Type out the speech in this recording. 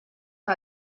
que